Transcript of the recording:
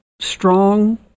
strong